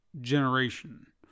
generation